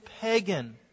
pagan